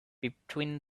between